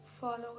following